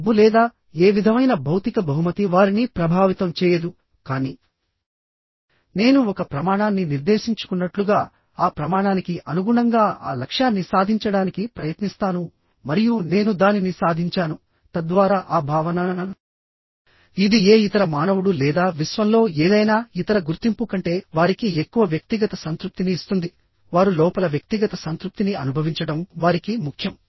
డబ్బు లేదా ఏ విధమైన భౌతిక బహుమతి వారిని ప్రభావితం చేయదు కానీనేను ఒక ప్రమాణాన్ని నిర్దేశించుకున్నట్లుగా ఆ ప్రమాణానికి అనుగుణంగా ఆ లక్ష్యాన్ని సాధించడానికి ప్రయత్నిస్తాను మరియు నేను దానిని సాధించాను తద్వారా ఆ భావనఇది ఏ ఇతర మానవుడు లేదా విశ్వంలో ఏదైనా ఇతర గుర్తింపు కంటే వారికి ఎక్కువ వ్యక్తిగత సంతృప్తిని ఇస్తుంది వారు లోపల వ్యక్తిగత సంతృప్తిని అనుభవించడం వారికి ముఖ్యం